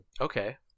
Okay